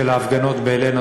של ההפגנות מול אל-עין,